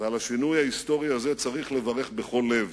ועל השינוי ההיסטורי הזה צריך לברך בכל לב.